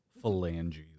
Phalanges